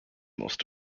most